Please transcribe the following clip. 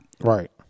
right